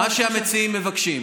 מה שאתם רוצים, מה שהמציעים מבקשים.